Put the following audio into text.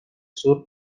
sur